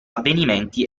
avvenimenti